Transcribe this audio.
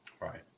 Right